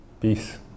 peace